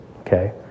Okay